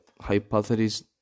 hypothesis